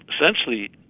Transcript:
essentially